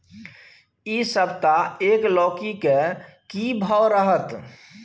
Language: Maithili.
इ सप्ताह एक लौकी के की भाव रहत?